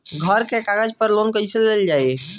घर के कागज पर लोन कईसे लेल जाई?